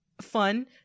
fun